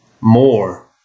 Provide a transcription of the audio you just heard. more